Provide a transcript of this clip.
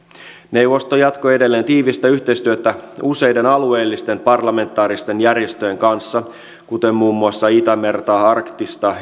neuvosto jatkoi edelleen tiivistä yhteistyötä useiden alueellisten parlamentaaristen järjestöjen kanssa kuten muun muassa itämerta arktista